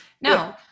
No